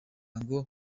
ngo